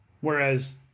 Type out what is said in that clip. Whereas